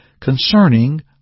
concerning